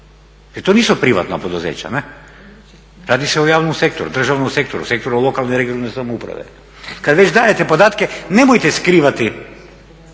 to nisu privatna poduzeća ne', radi se o javnom sektoru, državnom sektoru, sektoru lokalne i regionalne samouprave. Kad već dajete podatke nemojte skrivati